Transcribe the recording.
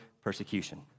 persecution